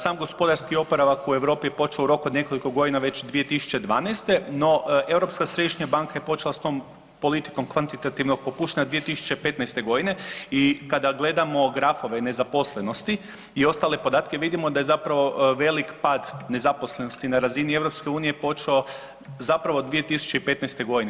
Sam gospodarski oporavak u Europi je počeo u roku od nekoliko godina već 2012., no Europska središnja banka je počela s tom politikom kvantitativnog popuštanja 2015.g. i kada gledamo grafove nezaposlenosti i ostale podatke vidimo da je zapravo velik pad nezaposlenosti na razini EU počeo zapravo 2015.g.